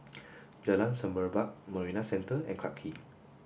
Jalan Semerbak Marina Centre and Clarke Quay